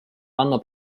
hanno